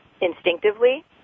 instinctively